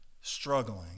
struggling